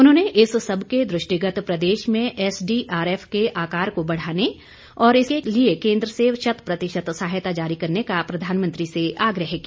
उन्होंने इस सबके दृष्टिगत प्रदेश में एसडीआरएफ के आकार को बढ़ाने और इसके लिए केंद्र से शतप्रतिशत सहायता जारी करने का प्रधानमंत्री से आग्रह किया